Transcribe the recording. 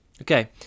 Okay